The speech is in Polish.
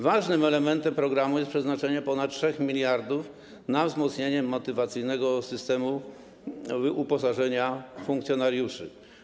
Ważnym elementem programu jest przeznaczenie ponad 3 mld na wzmocnienie motywacyjnego systemu uposażenia funkcjonariuszy.